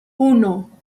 uno